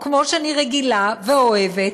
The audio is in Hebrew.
כמו שאני רגילה ואוהבת,